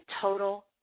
total